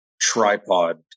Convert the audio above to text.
tripod